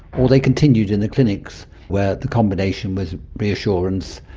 or they continued in the clinics where the combination was reassurance,